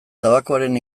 tabakoaren